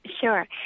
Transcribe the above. Sure